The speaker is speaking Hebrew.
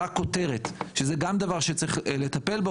רק כותרת, שזה גם דבר שצריך לטפל בו.